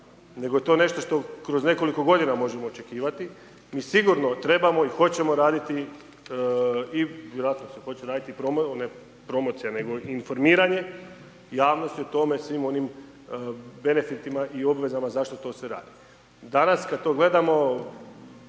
nego je to nešto što kroz nekoliko godina možemo očekivati. Mi sigurno trebamo i hoćemo raditi i ne promocija nego informiranje javnosti o tome, o svim onim benefitima i obvezama, zašto to sve rade. Danas kad to gledamo,